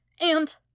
and-